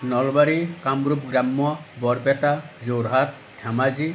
নলবাৰী কামৰূপ গ্ৰাম্য বৰপেটা যোৰহাট ধেমাজি